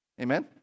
Amen